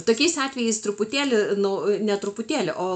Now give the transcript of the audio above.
tokiais atvejais truputėlį nu ne truputėlį o